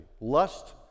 lust